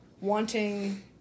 wanting